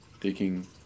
taking